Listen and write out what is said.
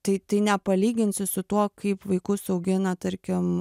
tai tai nepalyginsi su tuo kaip vaikus augina tarkim